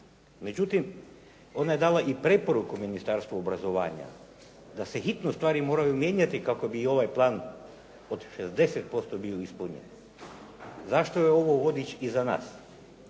Međutim, ona je dala i preporuka Ministarstvu obrazovanja da se hitno stvari moraju mijenjati kako bi i ovaj plan od 60% bio ispunjen. Zašto je ovo vodič i za nas?